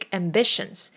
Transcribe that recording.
ambitions